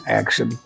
action